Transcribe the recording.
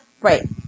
Right